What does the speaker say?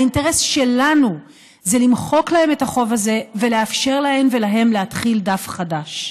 האינטרס שלנו זה למחוק להם את החוב הזה ולאפשר להן ולהם להתחיל דף חדש,